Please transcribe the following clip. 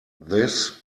this